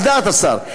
על דעת השר,